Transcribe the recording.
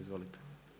Izvolite.